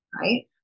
right